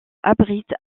abrite